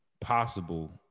possible